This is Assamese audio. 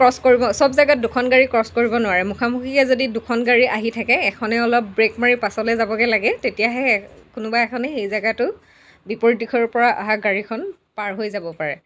ক্ৰছ কৰিব চব জাগাত দুখন গাড়ী ক্ৰছ কৰিব নোৱাৰে মুখামুখিকৈ যদি দুখন গাড়ী আহি থাকে এখনে অলপ ব্ৰেক মাৰি পাছলৈ যাবগৈ লাগে তেতিয়াহে কোনোবা এখনে সেই জেগাটো বিপৰীত দিশৰ পৰা অহা গাড়ীখন পাৰ হৈ যাব পাৰে